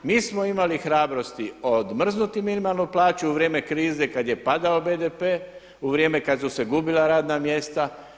Mi smo imali hrabrosti odmrznuti minimalnu plaću u vrijeme krize kad je padao BDP, u vrijeme kad su se gubila radna mjesta.